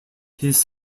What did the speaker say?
his